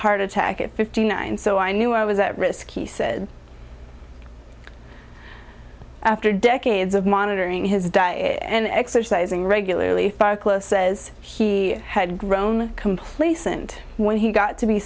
heart attack at fifty nine so i knew i was at risk he said after decades of monitoring his diet and exercising regularly says he had grown complacent when he got to be